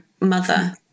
mother